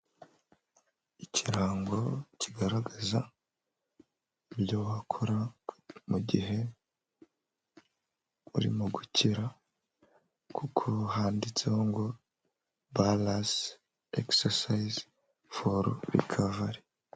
Ikirango kigaragaza ibyo wakora mu gihe urimo gukira kuko handitseho ngo baranse egisesize foru rikavari.